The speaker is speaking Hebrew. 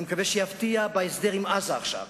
אני מקווה שיפתיע בהסדר עם עזה עכשיו.